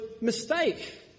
mistake